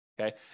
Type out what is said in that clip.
okay